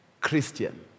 Christian